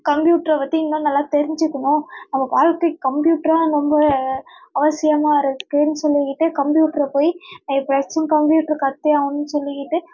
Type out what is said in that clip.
கம்ப்யூட்டர பற்றி இன்னும் நல்லா தெரிஞ்சுக்கணும் நம்ப வாழ்க்கைக் கம்ப்யூட்டரு தான் ரொம்ப அவசியமாக இருக்குன்னு சொல்லிக்கிட்டு கம்ப்யூட்டர போய் எப்படியாச்சும் கம்ப்யூட்டர கற்றே ஆவணுன்னு சொல்லிக்கிட்டு